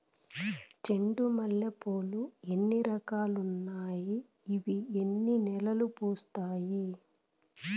చెండు మల్లె పూలు లో ఎన్ని రకాలు ఉన్నాయి ఇవి ఎన్ని నెలలు పూస్తాయి